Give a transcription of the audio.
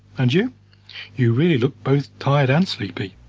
and you you really look both tired and sleepy.